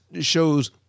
shows